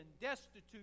destitute